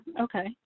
Okay